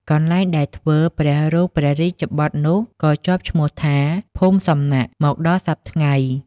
កន្លែងដែលធ្វើព្រះរូបព្រះរាជបុត្រនោះ ក៏ជាប់ឈ្មោះថា ភូមិសំណាក មកដល់សព្វថ្ងៃ ។